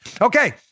Okay